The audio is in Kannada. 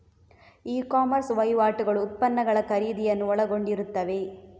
ಇ ಕಾಮರ್ಸ್ ವಹಿವಾಟುಗಳು ಉತ್ಪನ್ನಗಳ ಖರೀದಿಯನ್ನು ಒಳಗೊಂಡಿರುತ್ತವೆ